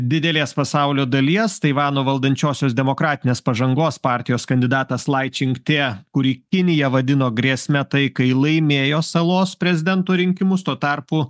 didelės pasaulio dalies taivano valdančiosios demokratinės pažangos partijos kandidatas laičinktė kurį kinija vadino grėsme taikai laimėjo salos prezidento rinkimus tuo tarpu